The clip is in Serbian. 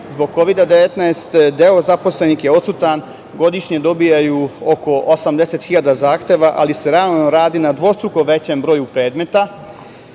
Zbog Kovida – 19 deo zaposlenih je odsutan, godišnje dobijaju oko 80 hiljada zahteva, ali se realno radi na dvostruko većem broju predmeta,